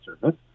service